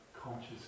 conscious